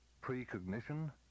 precognition